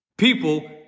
People